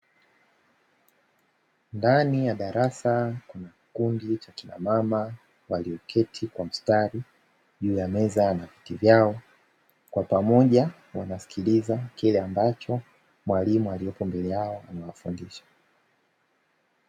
Ndani ya darasa kuna kundi la kina mama walioketi kwa mstari juu ya meza na viti vyao, kwa pamoja wanasikiliza kile ambacho mwalimu aliyeko mbele yao amewafundisha.